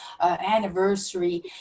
anniversary